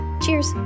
Cheers